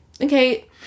okay